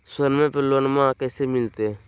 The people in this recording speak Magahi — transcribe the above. सोनमा पे लोनमा कैसे मिलते?